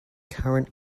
current